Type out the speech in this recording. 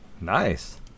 Nice